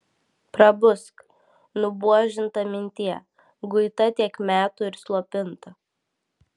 prabusk nubuožinta mintie guita tiek metų ir slopinta